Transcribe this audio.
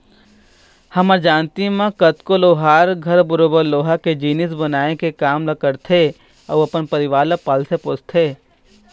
हमर जानती म कतको लोहार घर बरोबर लोहा के जिनिस बनाए के काम ल करथे अउ अपन परिवार ल पालथे पोसथे